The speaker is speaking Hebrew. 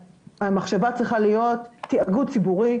שהמחשבה צריכה להיות, תאגוד ציבורי,